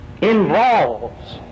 involves